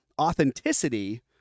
authenticity